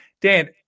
Dan